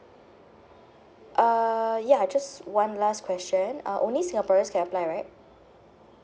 uh ya just one last question uh only singaporeans can apply right